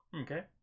Okay